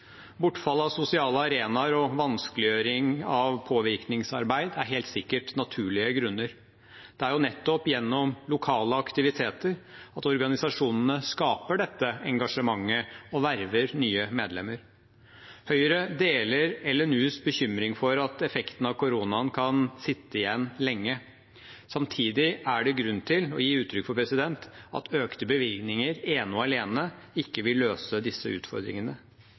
av sosiale arenaer og vanskeliggjøring av påvirkningsarbeid er helt sikkert naturlige grunner. Det er jo nettopp gjennom lokale aktiviteter at organisasjonene skaper dette engasjementet og verver nye medlemmer. Høyre deler LNUs bekymring for at effekten av koronaen kan sitte igjen lenge. Samtidig er det grunn til å gi uttrykk for at økte bevilgninger ene og alene ikke vil løse disse utfordringene.